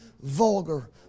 vulgar